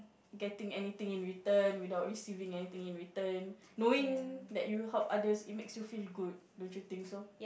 getting anything in return without receiving anything in return knowing that you help others it makes you feel good don't you think so